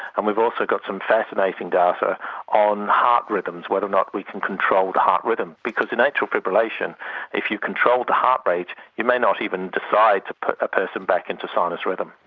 and we've also got some fascinating data on heart rhythms, whether or not we can control the heart rhythm, because in atrial fibrillation if you control the heart rate you may not even decide to put a person back into sinus rhythm.